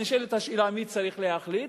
נשאלת השאלה מי צריך להחליט.